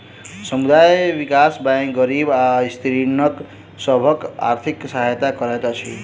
समुदाय विकास बैंक गरीब आ स्त्रीगण सभक आर्थिक सहायता करैत अछि